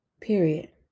Period